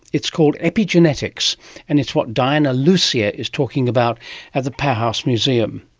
it's called epigenetics and it's what diana lucia is talking about at the powerhouse museum.